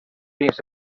fins